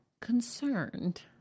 concerned